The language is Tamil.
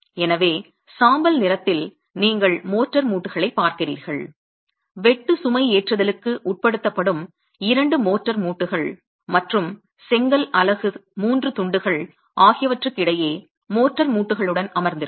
எனவே சாம்பல் நிறத்தில் நீங்கள் மோட்டார் மூட்டுகளைப் பார்க்கிறீர்கள் வெட்டு சுமைஏற்றுதலுக்கு உட்படுத்தப்படும் இரண்டு மோட்டார் மூட்டுகள் மற்றும் செங்கல் அலகு மூன்று துண்டுகள் அவற்றுக்கிடையே மோட்டார் மூட்டுகளுடன் அமர்ந்திருக்கும்